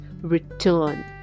return